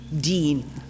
Dean